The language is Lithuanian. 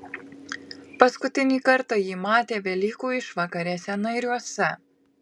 paskutinį kartą jį matė velykų išvakarėse nairiuose